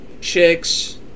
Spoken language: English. chicks